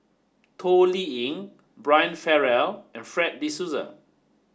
Toh Liying Brian Farrell and Fred De Souza